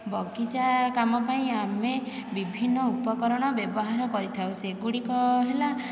ବଗିଚା କାମ ପାଇଁ ଆମେ ବିଭିନ୍ନ ଉପକରଣ ବ୍ୟବହାର କରିଥାଉ ସେଗୁଡ଼ିକ ହେଲା